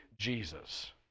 Jesus